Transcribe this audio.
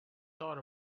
thought